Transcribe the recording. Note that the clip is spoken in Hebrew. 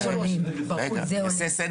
זה בסדר.